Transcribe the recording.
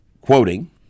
Quoting